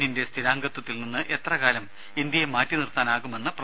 എന്നിന്റെ സ്ഥിരാംഗത്വത്തിൽ നിന്ന് എത്രകാലം ഇന്ത്യയെ മാറ്റി നിർത്താനാകുമെന്ന് ചോദിച്ചു